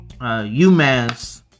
UMass